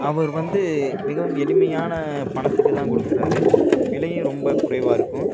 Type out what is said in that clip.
அவர் வந்து மிகவும் எளிமையான பணத்துக்குதான் கொடுக்குறாரு விலையும் ரொம்ப குறைவாக இருக்கும்